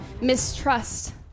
Mistrust